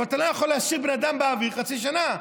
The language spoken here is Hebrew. אבל אתה לא יכול להשאיר בן אדם באוויר חצי שנה.